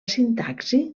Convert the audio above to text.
sintaxi